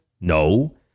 No